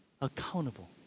accountable